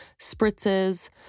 spritzes